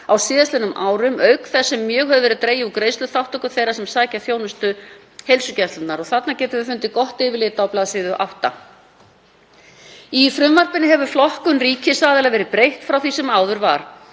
á síðastliðnum árum, auk þess sem mjög hefur verið dregið úr greiðsluþátttöku þeirra sem sækja þjónustu heilsugæslunnar og þarna getum við fundið gott yfirlit á bls. 8. Í frumvarpinu hefur flokkun ríkisaðila verið breytt frá því sem áður var.